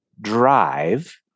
drive